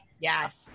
yes